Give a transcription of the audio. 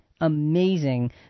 amazing